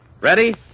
Ready